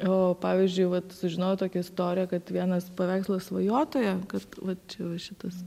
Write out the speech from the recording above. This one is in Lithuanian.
o pavyzdžiui vat sužinojau tokią istoriją kad vienas paveikslas svajotoja kad vat čia va šitas